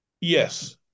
Yes